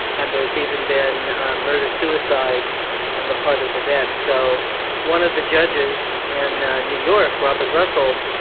and there's even been murder-suicides on the part of the vets. so one of the judges in new york, robert russell,